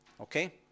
Okay